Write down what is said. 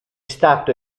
stato